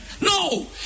No